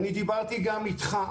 אני דיברתי גם איתך,